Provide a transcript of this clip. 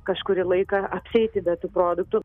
kažkurį laiką apsieiti be tų produktų